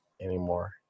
anymore